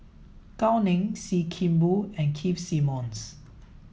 Gao Ning Sim Kee Boon and Keith Simmons